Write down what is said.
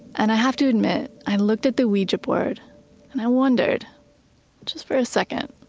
and i have to admit, i looked at the ouija board and i wondered just for a second,